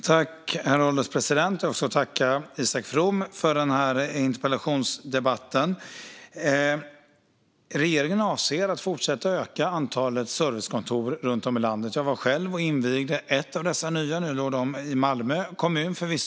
Herr ålderspresident! Jag får tacka Isak From för interpellationsdebatten! Regeringen avser att fortsätta att öka antalet servicekontor runt om i landet. Jag var själv och invigde ett av dessa nya, förvisso i Malmö kommun men ändock.